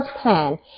plan